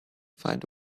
find